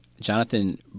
Jonathan